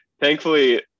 thankfully